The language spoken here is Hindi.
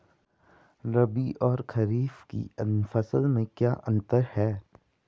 रबी और खरीफ की फसल में क्या अंतर है?